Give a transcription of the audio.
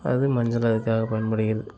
அது மஞ்சள் அதுக்காக பயன்படுகிறது